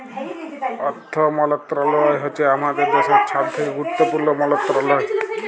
অথ্থ মলত্রলালয় হছে আমাদের দ্যাশের ছব থ্যাকে গুরুত্তপুর্ল মলত্রলালয়